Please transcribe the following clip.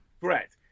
Correct